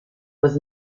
was